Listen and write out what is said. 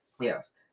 yes